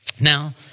Now